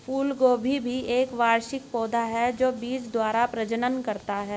फूलगोभी एक वार्षिक पौधा है जो बीज द्वारा प्रजनन करता है